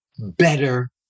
better